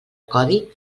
codi